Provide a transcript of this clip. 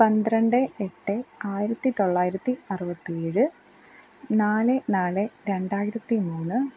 പന്ത്രണ്ട് എട്ട് ആയിരത്തി തൊള്ളായിരത്തി അറുപത്തി ഏഴ് നാല് നാല് രണ്ടായിരത്തി മൂന്ന്